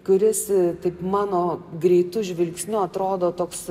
kuris taip mano greitu žvilgsniu atrodo toks